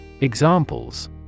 Examples